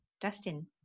Dustin